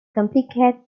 complicate